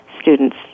students